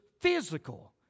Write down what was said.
physical